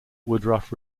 woodruff